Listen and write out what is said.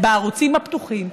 בערוצים הפתוחים,